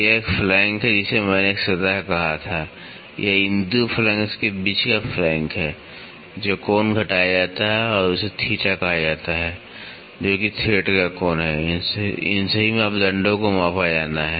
यह एक फ़्लैंक है जिसे मैंने एक सतह कहा था यह इन 2 फ़्लैंक्स के बीच का फ़्लैंक है जो कोण घटाया जाता है उसे थीटा कहा जाता है जो कि थ्रेड का कोण है इन सभी मापदंडों को मापा जाना है